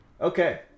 okay